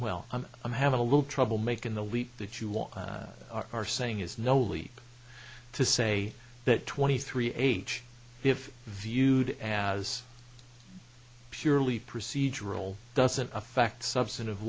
well i'm i'm having a little trouble making the leap that you want are saying is no leap to say that twenty three age if viewed as purely procedural doesn't affect substantive